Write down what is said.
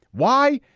why?